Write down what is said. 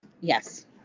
Yes